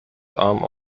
arm